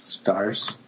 Stars